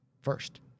first